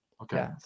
Okay